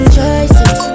Choices